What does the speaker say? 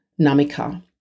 Namika